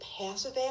passive